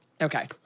Okay